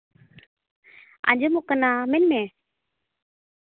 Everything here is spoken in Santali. ᱟᱸᱡᱚᱢᱚᱜ ᱠᱟᱱᱟ ᱢᱮᱱᱢᱮ